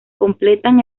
completan